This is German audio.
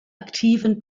aktiven